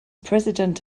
president